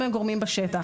והם הגורמים בשטח.